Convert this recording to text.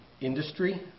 industry